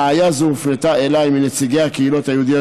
בעיה זו הופנתה אליי מנציגי הקהילות היהודיות